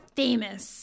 famous